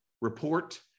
report